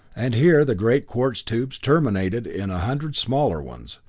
and here the great quartz tubes terminated in a hundred smaller ones,